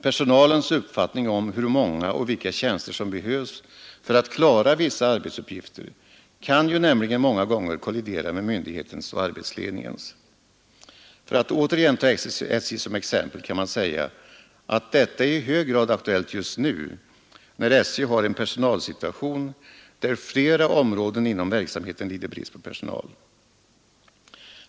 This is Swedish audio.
Personalens uppfattning om hur många och vilka tjänster som behövs för att klara vissa arbetsuppgifter kan ju nämligen många gånger kollidera med myndighetens och arbetsledningens. För att återigen ta SJ som exempel kan man säga att detta är i hög grad aktuellt just nu när SJ har en personalsituation, där flera områden inom verksamheten lider brist på personal.